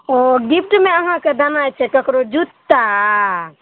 ओ गिफ्टमे अहाँके देनाइ छै ककरो जूत्ता